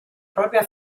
propria